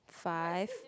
five